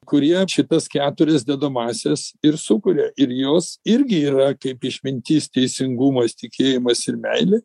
kurie šitas keturias dedamąsias ir sukuria ir jos irgi yra kaip išmintis teisingumas tikėjimas ir meilė